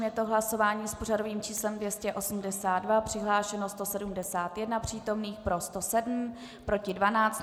Je to hlasování s pořadovým číslem 282, přihlášeno 171 přítomných, pro 107, proti 12.